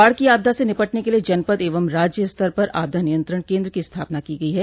बाढ़ की आपदा से निपटने के लिये जनपद एवं राज्य स्तर पर आपदा नियंत्रण केन्द्र की स्थापना की गई है